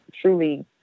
truly